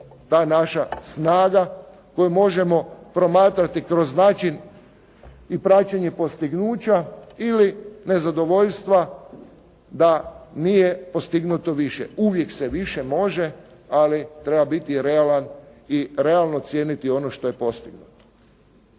ta naša snaga koju možemo promatrati kroz način i praćenje postignuća ili nezadovoljstva da nije postignuto više. Uvijek se više može, ali treba biti realan i realno cijeniti ono što je postignuto.